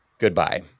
Goodbye